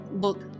look